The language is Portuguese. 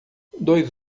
dois